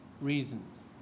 reasons